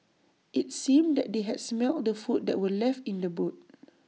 IT seemed that they had smelt the food that were left in the boot